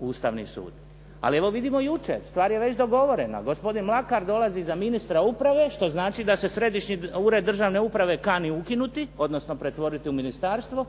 u Ustavni sud. Ali evo vidimo jučer, stvar je već dogovorena. Gospodin Mlakar dolazi za ministra uprave, što znači da se Središnji ured državne uprave kani ukinuti, odnosno pretvoriti u ministarstvo